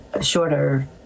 shorter